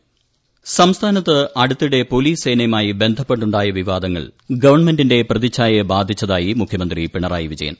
police സേന താക്കീത് സംസ്ഥാനത്ത് അടുത്തിടെ പോലീസ് സേനയുമായി ബന്ധപ്പെട്ടുണ്ടായ വിവാദങ്ങൾ ഗവൺമെന്റിന്റെ പ്രതിച്ഛായയെ ബാധിച്ചതായി മുഖ്യമന്ത്രി പിണറായി വിജയൻ